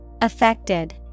Affected